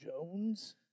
Jones